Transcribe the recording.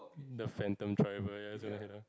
the phantom driver ya it's gonna hit her